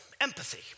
empathy